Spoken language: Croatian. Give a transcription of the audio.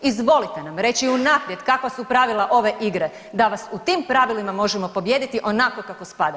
Izvolite nam reći unaprijed kakva su pravila ove igre da vas u tim pravilima možemo pobijediti onako kako spada.